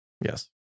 Yes